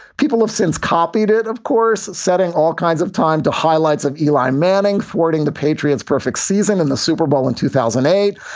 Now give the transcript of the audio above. people have since copied it. of course, setting all kinds of time to highlights of eli manning fording the patriots perfect season in the super bowl in two thousand and eight.